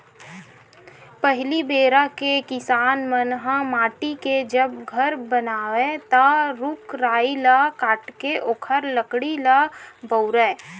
पहिली बेरा के किसान मन ह माटी के जब घर बनावय ता रूख राई ल काटके ओखर लकड़ी ल बउरय